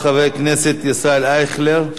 חבר כנסת ישראל אייכלר.